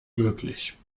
möglich